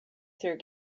through